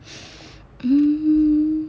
hmm